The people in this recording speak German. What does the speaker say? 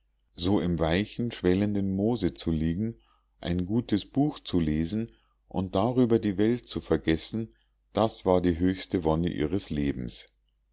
so im weichen schwellenden moose zu liegen ein gutes buch zu lesen und darüber die welt zu vergessen das war die höchste wonne ihres lebens